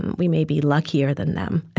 we may be luckier than them